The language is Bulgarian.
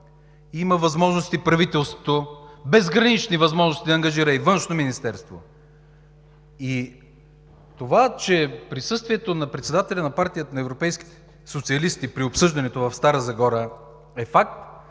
има възможности – безгранични възможности, да ангажира и Външно министерство! Това че присъствието на председателя на Партията на европейските социалисти при обсъждането в Стара Загора е факт,